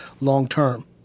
long-term